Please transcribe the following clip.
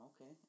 Okay